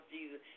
Jesus